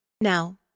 Now